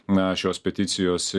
na šios peticijos